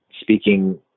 speaking